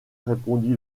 répondit